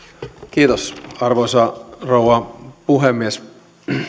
arvoisa rouva puhemies